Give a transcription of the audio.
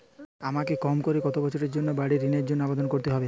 আমাকে কম করে কতো বছরের জন্য বাড়ীর ঋণের জন্য আবেদন করতে হবে?